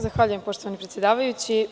Zahvaljujem, gospodine predsedavajući.